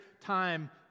time